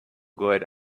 good